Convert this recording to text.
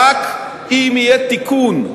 רק אם יהיה תיקון,